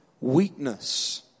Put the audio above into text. weakness